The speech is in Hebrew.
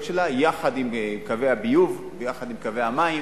שלה יחד עם קווי הביוב ויחד עם קווי המים